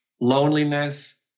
Loneliness